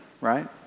right